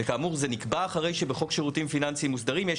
וכאמור זה נקבע אחרי שבחוק שירותים פיננסים מודרים יש